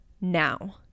now